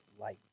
light